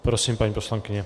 Prosím, paní poslankyně.